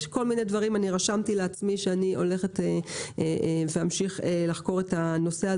יש כל מיני דברים שרשמתי לעצמי להמשיך לחקור לעומק